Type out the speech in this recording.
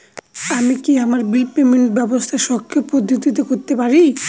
আমি কি আমার বিল পেমেন্টের ব্যবস্থা স্বকীয় পদ্ধতিতে করতে পারি?